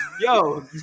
yo